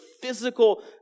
physical